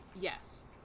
yes